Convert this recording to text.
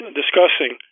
discussing